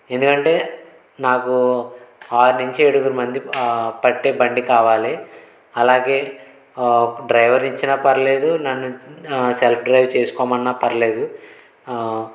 ఎందుకంటే నాకు ఆరు నుంచి ఏడుగురు మంది పట్టే బండి కావాలి అలాగే డ్రైవర్ ఇచ్చినా పర్లేదు నన్ను సెల్ఫ్ డ్రైవ్ చేసుకోమన్నా పర్లేదు